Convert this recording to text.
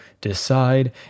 decide